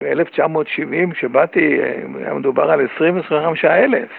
ב-1970, כשבאתי, היה מדובר על 20-25 אלף.